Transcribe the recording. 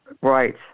Right